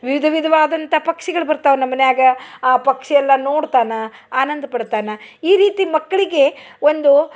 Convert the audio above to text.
ವಿಧ ವಿಧವಾದಂಥ ಪಕ್ಷಿಗಳು ಬರ್ತಾವು ನಮ್ಮನ್ಯಾಗ ಆ ಪಕ್ಷಿ ಎಲ್ಲ ನೋಡ್ತಾನೆ ಆನಂದ ಪಡ್ತಾನ ಈ ರೀತಿ ಮಕ್ಕಳಿಗೆ ಒಂದು